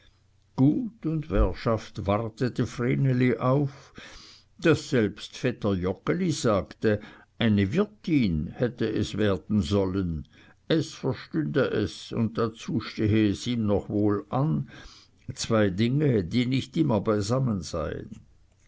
gut und währschaft wartete vreneli auf daß selbst vetter joggeli sagte eine wirtin hätte es werden sollen es verstünde es und dazu stehe es ihm noch wohl an zwei dinge die nicht immer beisammen seien